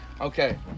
Okay